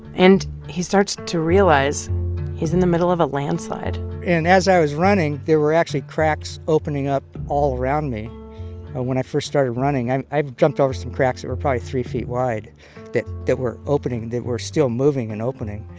and he starts to realize he's in the middle of a landslide and as i was running, there were actually cracks opening up all around me. and when i first started running, i jumped over some cracks that were probably three feet wide that that were opening, that were still moving and opening.